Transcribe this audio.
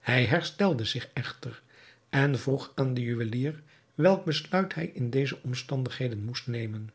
hij herstelde zich echter en vroeg aan den juwelier welk besluit hij in deze omstandigheden moest nemen